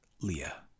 Leah